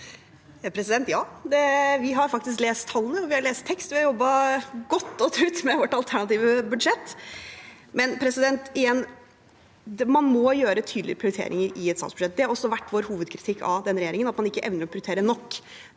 Ja, vi har faktisk lest talle- ne. Vi har lest tekst, og vi har jobbet godt og trutt med vårt alternative budsjett. Men igjen: Man må gjøre tydelige prioriteringer i et statsbudsjett. Det har også vært vår hovedkritikk av denne regjeringen, at man ikke evner å prioritere nok.